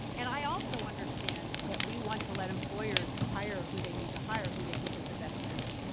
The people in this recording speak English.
and i also understand that we want to let employers hire who they need to hire, who they think is the best match.